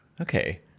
Okay